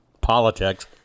politics